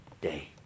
day